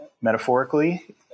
metaphorically